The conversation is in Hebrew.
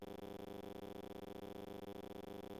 פורד מגלם את ריק דקארד,